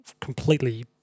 completely